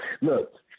look